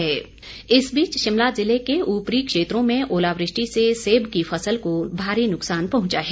सेब नुकसान इस बीच शिमला ज़िले के ऊपरी क्षेत्रों में ओलावृष्टि से सेब की फसल को भारी नुकसान पहुंचा है